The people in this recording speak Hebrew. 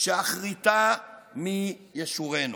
שאחריתה מי ישורנו.